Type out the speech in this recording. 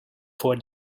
for